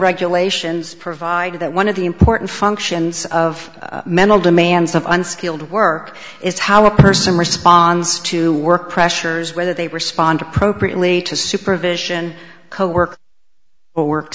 regulations provide that one of the important functions of mental demands of unskilled work is how a person responds to work pressures whether they respond appropriately to supervision co work or w